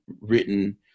written